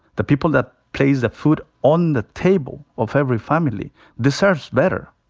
the people that place the food on the table of every family deserves better.